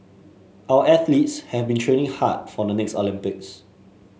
our athletes have been training hard for the next Olympics